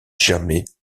jamais